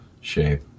shape